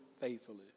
faithfully